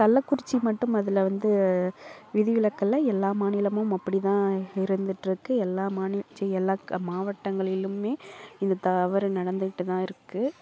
கள்ளக்குறிச்சி மட்டும் அதில் வந்து விதி விளக்கல்ல எல்லா மாநிலமும் அப்படிதான் இருந்துட்ருக்கு எல்லா மாநில சீ எல்லா மாவட்டங்களிலுமே இது தவறு நடந்துக்கிட்டு தான் இருக்குது